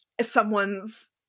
someone's